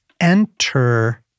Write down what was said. enter